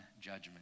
judgment